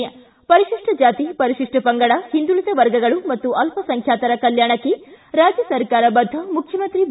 ಿ ಪರಿಶಿಪ್ಷ ಜಾತಿ ಪರಿಶಿಪ್ಷ ಪಂಗಡ ಹಿಂದುಳಿದ ವರ್ಗಗಳು ಮತ್ತು ಅಲ್ಪಸಂಖ್ಯಾತರ ಕಲ್ಯಾಣಕ್ಕೆ ರಾಜ್ಯ ಸರ್ಕಾರ ಬದ್ಧ ಮುಖ್ಯಮಂತ್ರಿ ಬಿ